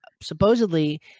Supposedly